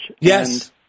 Yes